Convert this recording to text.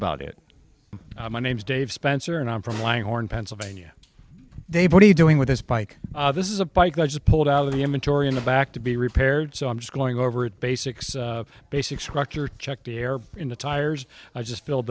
about it my name's dave spencer and i'm from langhorne pennsylvania they've what are you doing with this bike this is a bike i just pulled out of the inventory in the back to be repaired so i'm just going over it basics basic structure check the air in the tires i just filled